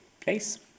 place